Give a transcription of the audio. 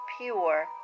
pure